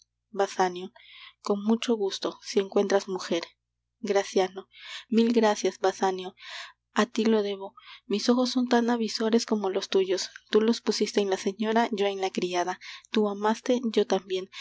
basanio con mucho gusto si encuentras mujer graciano mil gracias basanio á tí lo debo mis ojos son tan avizores como los tuyos tú los pusiste en la señora yo en la criada tú amaste yo tambien